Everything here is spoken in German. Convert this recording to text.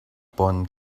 bonn